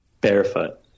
Barefoot